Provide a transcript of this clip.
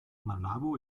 malabo